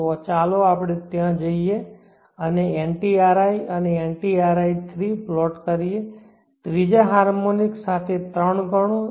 તો ચાલો આપણે ત્યાં જઈએ અને ntri અને ntri3 પ્લોટ કરીએ ત્રીજા હાર્મોનિક સાથે ત્રણ ગણો